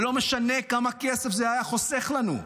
ולא משנה כמה כסף זה היה חוסך לנו,